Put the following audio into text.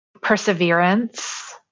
Perseverance